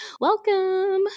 welcome